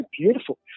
beautiful